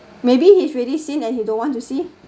maybe he's already seen and he don't want to see